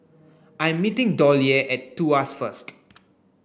I'm meeting Dollye at Tuas first